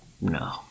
no